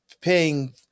paying